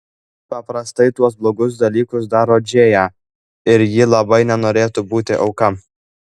paprastai tuos blogus dalykus daro džėja ir ji labai nenorėtų būti auka